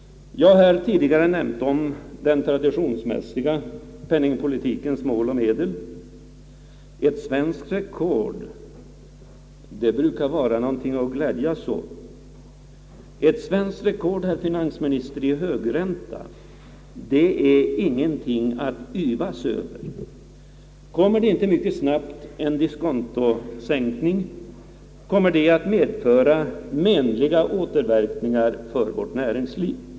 Jag har tidigare nämnt om den traditionsmässiga penningpolitikens mål och medel. Ett svenskt rekord brukar vara någonting att glädjas åt. Ett svenskt rekord, herr finansminister, i högränta är ingenting att yvas över. Kommer det inte mycket snabbt en diskontosänkning, kommer det att medföra menliga återverkningar för vårt näringsliv.